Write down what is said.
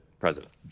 President